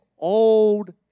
old